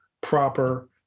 proper